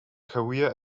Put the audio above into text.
career